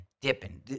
dipping